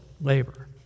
labor